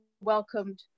welcomed